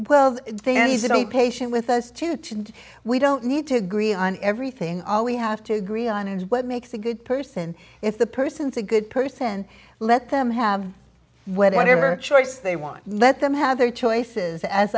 a patient with us too tuned we don't need to agree on everything all we have to agree on is what makes a good person if the person's a good person let them have whatever choice they want let them have their choices as